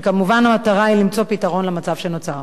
וכמובן המטרה היא למצוא פתרון למצב שנוצר.